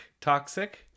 toxic